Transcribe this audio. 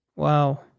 Wow